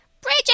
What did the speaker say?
Bridget